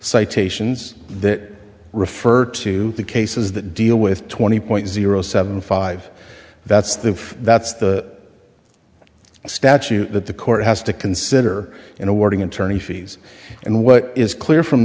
citations that refer to the cases that deal with twenty point zero seven five that's the that's the statute that the court has to consider in awarding attorney fees and what is clear from